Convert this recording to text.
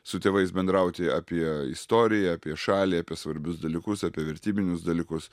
su tėvais bendrauti apie istoriją apie šalį apie svarbius dalykus apie vertybinius dalykus